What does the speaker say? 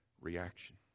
reaction